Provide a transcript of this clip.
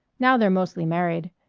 now they're mostly married.